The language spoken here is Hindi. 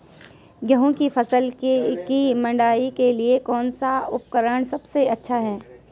गेहूँ की फसल की मड़ाई के लिए कौन सा उपकरण सबसे अच्छा है?